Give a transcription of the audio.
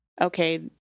okay